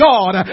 God